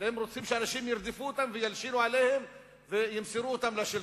אתם רוצים שאנשים ירדפו אותם וילשינו עליהם וימסרו אותם לשלטונות,